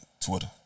Twitter